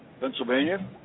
pennsylvania